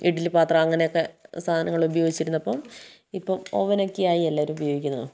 ഇഡ്ഡലിപ്പാത്രം അങ്ങനെയൊക്കെ സാധനങ്ങൾ ഉപയോഗിച്ചിരുന്നപ്പം ഇപ്പം ഓവനൊക്കെയായി എല്ലാവരും ഉപയോഗിക്കുന്നു